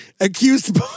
Accused